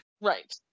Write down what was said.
right